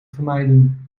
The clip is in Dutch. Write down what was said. vermijden